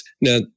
Now